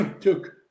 took